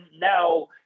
now